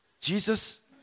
Jesus